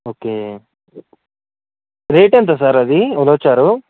okay rate ఎంత sir అది ఉలవచారు